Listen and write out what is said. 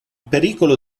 pericolo